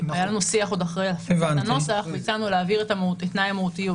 היה לנו שיח עוד אחרי הכנת הנוסח והצענו להעביר את תנאי המהותיות